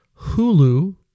Hulu